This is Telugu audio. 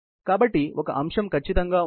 కాబట్టి ఒక ఒక అంశం ఖచ్చితంగా ఉంచడం